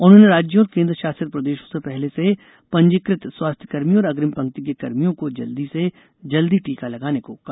उन्होंने राज्यों और केंद्र शासित प्रदेशों से पहले से पंजीकृत स्वास्थ्य कर्मियों और अग्रिम पंक्ति के कर्मियों को जल्दी से जल्दी टीका लगाने को कहा